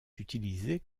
utilisées